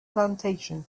plantation